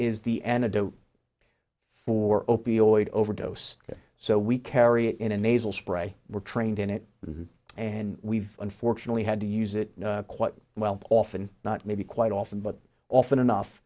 opioid overdose so we carry it in a nasal spray we're trained in it and we've unfortunately had to use it quite well often not maybe quite often but often enough